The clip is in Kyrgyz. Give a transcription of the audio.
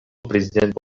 президент